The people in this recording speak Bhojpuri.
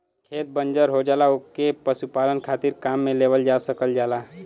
खेत बंजर हो जाला ओके पशुपालन खातिर काम में लेवल जा सकल जाला